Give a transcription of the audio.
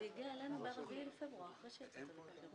זו פנייה שנעשתה בהתאם